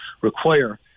require